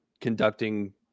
conducting